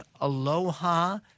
aloha